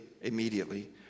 immediately